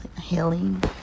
Healing